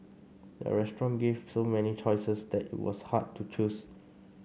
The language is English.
the restaurant gave so many choices that it was hard to choose